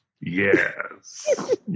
Yes